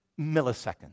milliseconds